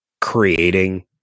creating